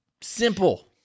Simple